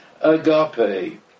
Agape